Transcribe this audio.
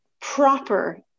proper